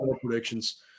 predictions